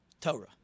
Torah